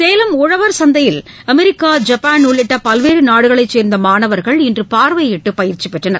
சேலம் உழவர் சந்தையில் America Japan உள்ளிட்ட பல்வேறு நாடுகளைச் சேர்ந்த மாணவர்கள் இன்று பார்வையிட்டு பயிற்சி பெற்றனர்